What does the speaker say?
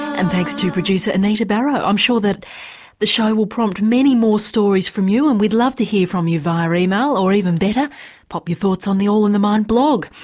and thanks to producer anita barraud, i'm sure that the show will prompt many more stories from you and we'd love to hear from you via email, or even better pop your thoughts on the all in the mind blog.